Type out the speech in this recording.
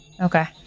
Okay